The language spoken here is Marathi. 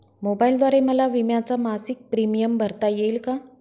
मोबाईलद्वारे मला विम्याचा मासिक प्रीमियम भरता येईल का?